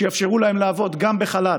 שיאפשרו להם לעבוד גם בחל"ת,